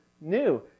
new